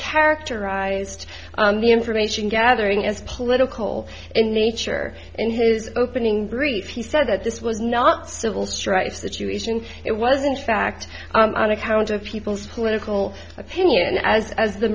characterized the information gathering as political in nature in his opening brief he said that this was not civil strife situation it was in fact i'm on account of people's political opinion as as the